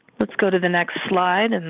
let's go to the next slide. and